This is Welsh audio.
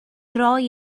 roi